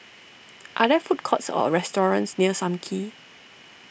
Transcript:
are there food courts or restaurants near Sam Kee